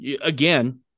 Again